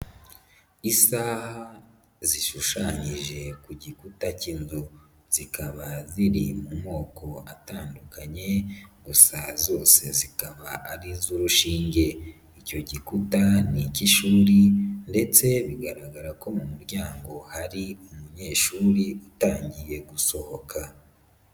Isaha zishushanyije ku gikuta cy'inzu. Zikaba ziri mu moko atandukanye, gusa zose zikaba ari iz'urushinge. Icyo gikuta ni icy'ishuri ndetse bigaragara ko mu muryango hari umunyeshuri utangiye gusohoka.